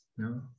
No